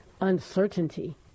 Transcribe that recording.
uncertainty